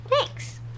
Thanks